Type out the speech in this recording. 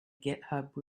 github